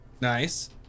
nice